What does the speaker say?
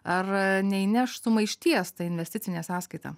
ar neįneš sumaišties ta investicinė sąskaita